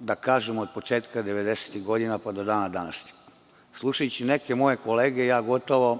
da kažem, od početka devedesetih godina, pa do dana današnjeg. Slušajući neke moje kolege gotovo